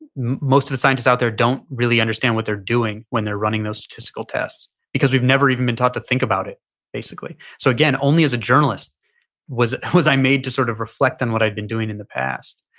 most of the scientists out there don't really understand what they're doing when they're running those statistical tests, because we've never even been taught to think about it basically. so again, only as a journalist was was i made to sort of reflect on what i've been doing in the past.